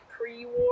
pre-war